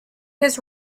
his